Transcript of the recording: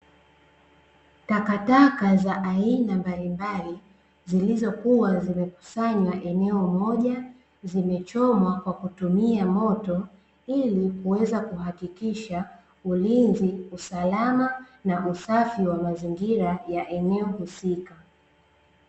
Takataka za aina mbalimbali, zilizokua zimekusanywa eneo moja, zimechomwa kwa kutumia moto, ili kuweza kuhakikisha ulinzi, usalama na usafi wa mazingira wa eneo husika.